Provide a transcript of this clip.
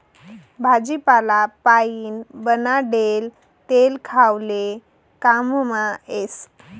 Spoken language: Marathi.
भाजीपाला पाइन बनाडेल तेल खावाले काममा येस